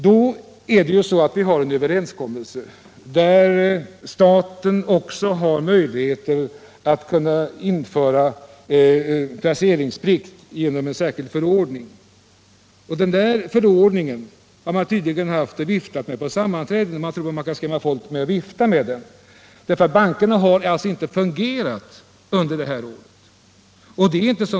Vi har då en överenskommelse som innebär att staten också har möjligheter att genom en särskild förordning placera bostadslånen. Bankerna har under det här året inte fungerat bra.